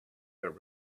there